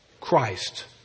Christ